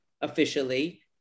officially